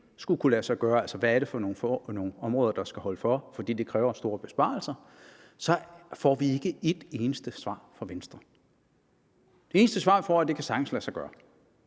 skulle kunne lade sig gøre, altså hvad det er for nogle områder, der skal holde for, fordi det kræver store besparelser, så får vi ikke et eneste svar fra Venstre. Det eneste svar, vi får, er, at det sagtens kan lade sig gøre.